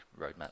roadmap